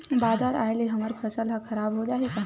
बादर आय ले हमर फसल ह खराब हो जाहि का?